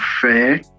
fair